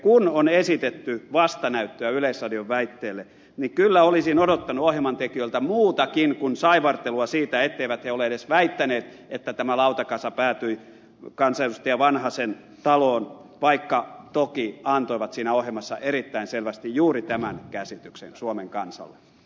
kun on esitetty vastanäyttöä yleisradion väitteelle niin kyllä olisin odottanut ohjelman tekijöiltä muutakin kuin saivartelua siitä etteivät he ole edes väittäneet että tämä lautakasa päätyi kansanedustaja vanhasen taloon vaikka toki antoivat siinä ohjelmassa erittäin selvästi juuri tämän käsityksen suomen kansalle